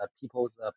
people's